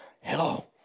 Hello